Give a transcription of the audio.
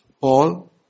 Paul